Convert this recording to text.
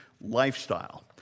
lifestyle